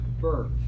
birth